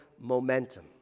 momentum